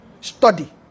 Study